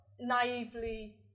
naively